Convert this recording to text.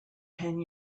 ten